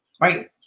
Right